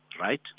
right